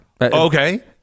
Okay